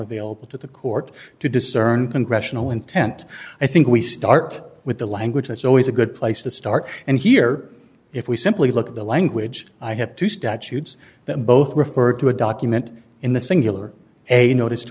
available to the court to discern congressional intent i think we start with the language that's always a good place to start and here if we simply look at the language i have two statutes that both refer to a document in the singular